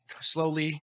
slowly